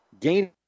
Gain